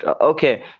okay